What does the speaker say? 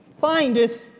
findeth